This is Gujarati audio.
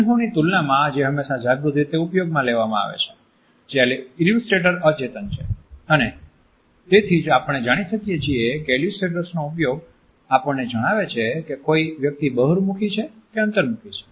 ચિન્હોની તુલનામાં જે હંમેશાં જાગૃત રીતે ઉપયોગમાં લેવાય છે જ્યારે ઈલ્યુસ્ટ્રેટર્સ અચેતન છે અને તેથી જ આપણે જાણી શકીએ છીએ કે ઈલ્યુસ્ટ્રેટર્સનો ઉપયોગ આપણને જણાવે છે કે કોઈ વ્યક્તિ બહિર્મુખી છે કે અંતર્મુખી છે